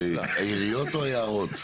העיריות או היערות?